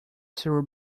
several